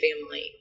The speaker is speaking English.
family